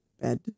bed